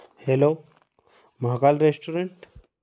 hello Mahakal restaurant